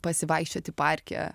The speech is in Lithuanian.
pasivaikščioti parke